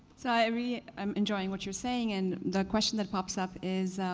so i mean i'm enjoying what you're saying, and the question that pops up is